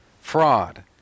Fraud